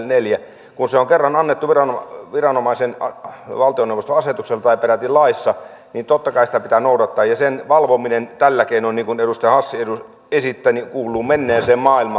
kun se on kerran annettu viranomaisen valtioneuvoston asetuksella tai peräti laissa niin totta kai sitä pitää noudattaa ja sen valvominen tällä keinoin niin kuin edustaja hassi esittää kuuluu menneeseen maailmaan